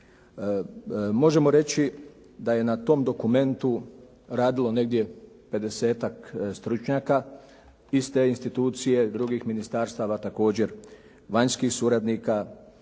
Možemo reći da je na tom dokumentu radilo negdje 50-ak stručnjaka iz te institucije, drugih ministarstava također, vanjskih suradnika